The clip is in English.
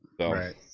right